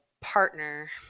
partner